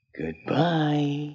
goodbye